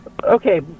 Okay